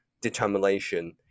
determination